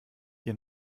hier